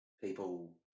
People